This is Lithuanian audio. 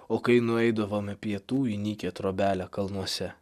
o kai nueidavome pietų į nykią trobelę kalnuose